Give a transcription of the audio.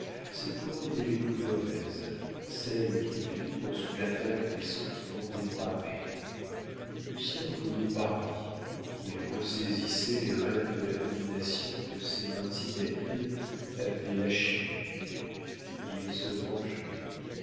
ces cordes étaient les plus mauvaises celles qui vibrent sous l'attaque des sentiments dépravés lucien revoyait paris il ressaisissait les rênes de la domination que ses mains inhabiles avaient lâchées il se vengeait